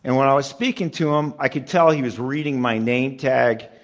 and while i was speaking to him, i can tell he was reading my name tag.